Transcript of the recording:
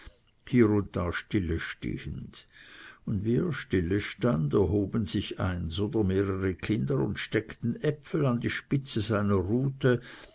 da stille stehend und wie er stille stand erhoben sich eines oder mehrere kinder und steckten äpfel an die spitze seiner rute